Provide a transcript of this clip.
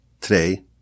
Today